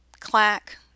Clack